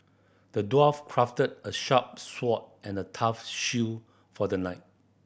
the dwarf crafted a sharp sword and a tough shield for the knight